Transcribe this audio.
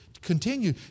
continue